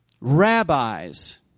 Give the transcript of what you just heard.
rabbis